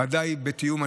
ודאי בתיאום.